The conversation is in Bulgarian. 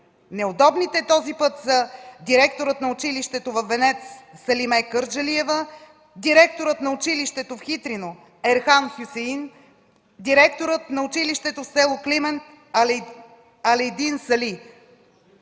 Неудобните този път са директорът на училището във Венец Селиме Кърджалиева, директорът на училището в Хитрино Ерхан Хюсеин директорът на училището в с. Климент Алейдин Сали.